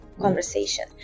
conversation